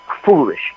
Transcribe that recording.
foolish